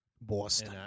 Boston